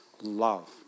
love